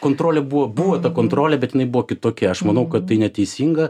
kontrolė buvo buvo ta kontrolė bet jinai buvo kitokia aš manau kad tai neteisinga